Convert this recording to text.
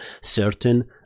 certain